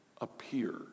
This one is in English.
appear